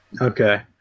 Okay